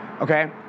okay